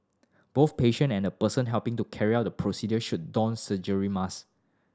both patient and the person helping to carry out the procedure should don surgery marks